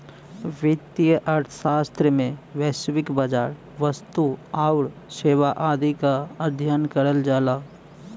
वित्तीय अर्थशास्त्र में वैश्विक बाजार, वस्तु आउर सेवा आदि क अध्ययन करल जाला